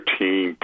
team